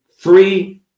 three